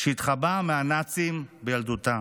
שהתחבאה מהנאצים בילדותה